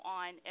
on